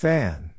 Fan